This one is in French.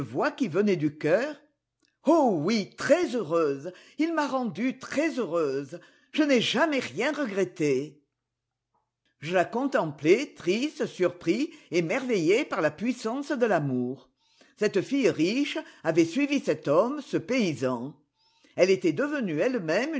qui venait du cœur oh oui très heureuse ii m'a rendue très heureuse je n'ai jamais rien regretté je la contemplais triste surpris émerveillé par la puissance de l'amour cette fille riche avait suivi cet homme ce paysan elle était devenue elle-même